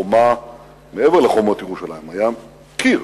מעבר לחומות ירושלים, היה קיר